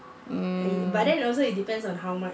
mm